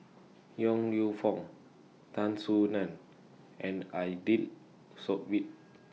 Yong Lew Foong Tan Soo NAN and Aidli Sbit